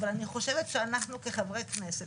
אבל אני חושבת שאנחנו כחברי כנסת,